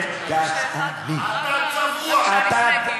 זאת צביעות, זאת צביעות.